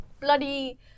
bloody